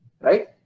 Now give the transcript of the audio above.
Right